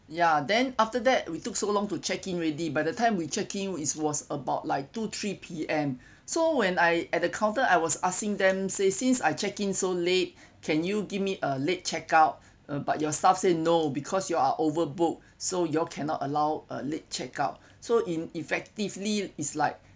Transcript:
ya then after that we took so long to check in already by the time we check in it was about like two three P_M so when I at the counter I was asking them say since I check in so late can you give me a late check out uh but your staff say no because you are overbooked so you all cannot allow a late check out so in effectively is like